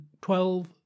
twelve